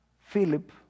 Philip